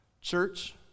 Church